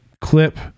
clip